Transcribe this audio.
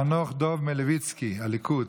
חנוך דב מלביצקי, הליכוד.